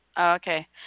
Okay